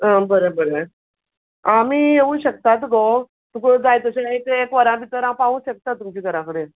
आ बरें बरें आमी येवूं शकतात गो तुका जाय तशें ते एक वरा भितर हांव पावूं शकता तुमचे घरा कडे